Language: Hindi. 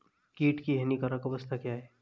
कीट की हानिकारक अवस्था क्या है?